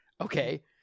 Okay